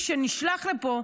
התשובה של השר קיש שנשלח לפה,